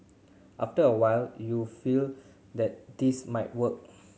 after a while you feel that this might work